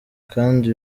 kandi